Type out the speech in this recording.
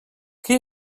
què